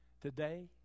today